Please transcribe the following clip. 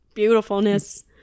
beautifulness